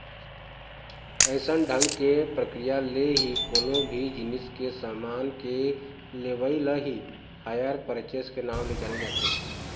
अइसन ढंग के प्रक्रिया ले ही कोनो भी जिनिस के समान के लेवई ल ही हायर परचेस के नांव ले जाने जाथे